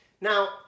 Now